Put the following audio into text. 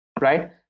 Right